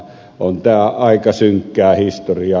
on tämä aika synkkää historiaa